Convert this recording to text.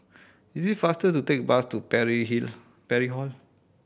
is it faster to take bus to Parry Hill Pary Hall